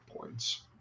points